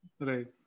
Right